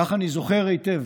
כך אני זוכר היטב,